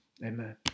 amen